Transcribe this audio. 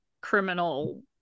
criminal